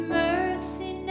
mercy